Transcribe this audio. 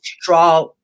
draw